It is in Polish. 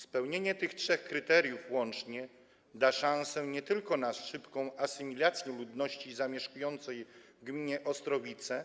Spełnienie tych trzech kryteriów łącznie da szansę nie tylko na szybką asymilację ludności zamieszkującej w gminie Ostrowice,